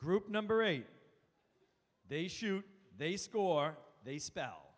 group number eight they shoot they score they spell